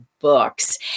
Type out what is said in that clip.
books